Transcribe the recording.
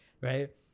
Right